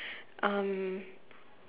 um